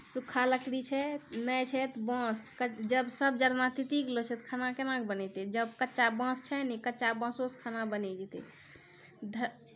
सूखा लकड़ी छै नहि छै तऽ बाँस जब सभ जरना तीति गेलो छै तऽ खाना केनाके बनैतै जब कच्चा बाँस छै ने कच्चा बाँसोसँ खाना बनि जेतै ध